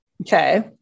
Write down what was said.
Okay